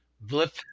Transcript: blip